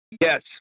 Yes